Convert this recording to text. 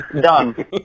done